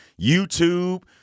YouTube